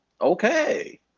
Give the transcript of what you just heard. okay